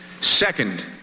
Second